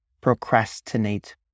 procrastinate